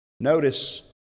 Notice